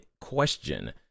question